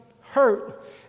hurt